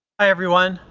hi everyone,